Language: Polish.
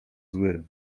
zły